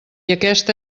aquesta